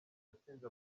yatsinze